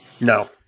No